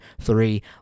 three